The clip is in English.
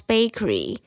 Bakery